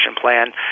plan